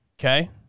Okay